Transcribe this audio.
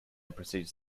proceeds